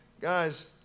Guys